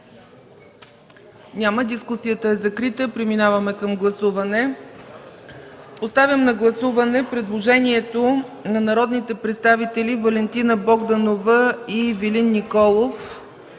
Няма. Дискусията е закрита. Преминаваме към гласуване. Поставям на гласуване предложението на народните представители Валентина Богданова и Ивелин Николов